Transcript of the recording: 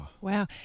Wow